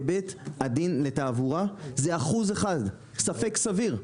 בבית הדין לתעבורה זה אחוז אחד, ספק סביר.